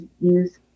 use